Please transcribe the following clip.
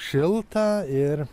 šilta ir